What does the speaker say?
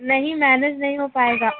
نہیں مینج نہیں ہو پائے گا